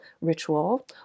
ritual